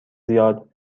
زیاد